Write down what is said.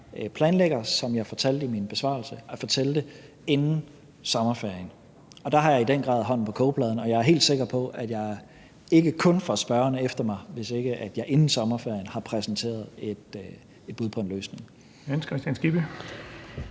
planlægger, som jeg fortalte i min besvarelse, at fortælle det inden sommerferien. Der har jeg i den grad hånden på kogepladen. Og jeg er helt sikker på, at jeg ikke kun får spørgeren efter mig, hvis ikke jeg inden sommerferien har præsenteret et bud på en løsning. Kl. 16:20 Den fg.